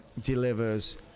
delivers